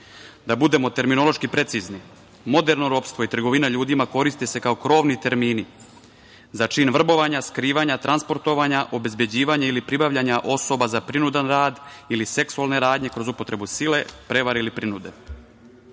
budemo terminološki precizni, moderno ropstvo i trgovina ljudima koristi se kao krovni termini za čin vrbovanja, skrivanja, transportovanja, obezbeđivanja ili pribavljanja osoba za prinudan rad ili seksualne radnje kroz upotrebe sile, prevare ili prinude.